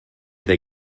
they